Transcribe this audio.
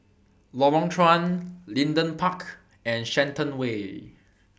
Lorong Chuan Leedon Park and Shenton Way